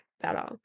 better